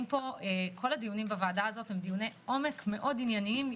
כל הדיונים בוועדה הזאת הם דיוני עומק מאוד ענייניים,